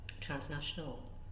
transnational